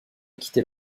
quitter